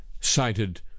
cited